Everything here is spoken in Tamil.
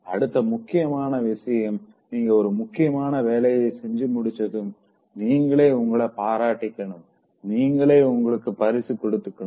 அடுத்த முக்கியமான விஷயம் நீங்க ஒரு முக்கியமான வேலைய செஞ்சு முடிச்சதும் நீங்களே உங்கள பாராட்டிக்கணும் நீங்களே உங்களுக்கு பரிசு கொடுத்துகணும்